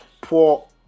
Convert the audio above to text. poor